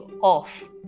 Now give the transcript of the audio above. off